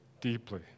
deeply